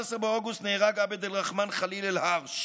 ב-11 באוגוסט נהרג עבד אלרחמן ח'ליל אל-הרש.